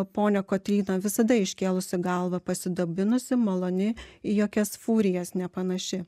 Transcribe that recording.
ponią kotryną visada iškėlusi galvą pasidabinusi maloni į jokias fūrijas nepanaši